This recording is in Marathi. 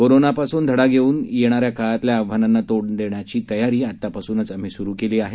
कोरोनापासून धडा घेऊन येणाऱ्या काळातल्या आव्हानांना तोंड देण्याची तयारी आतापासूनच आम्ही सुरु केली आहे